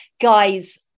guys